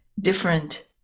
different